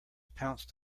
pounced